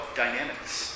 dynamics